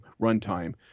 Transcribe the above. runtime